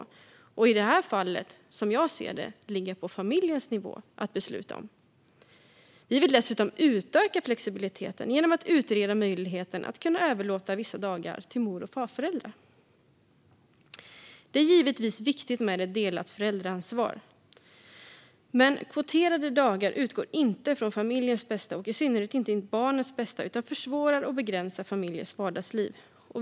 Som jag ser det borde det i det här fallet ligga på familjenivå att besluta om det. Vi vill dessutom utöka flexibiliteten genom att utreda möjligheten att kunna överlåta dagar till mor och farföräldrar. Det är givetvis viktigt med ett delat föräldraansvar. Men kvoterade dagar utgår inte från familjens bästa och i synnerhet inte barnets bästa utan försvårar och begränsar familjers vardagsliv.